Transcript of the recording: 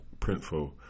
Printful